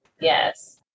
yes